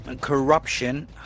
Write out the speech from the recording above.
corruption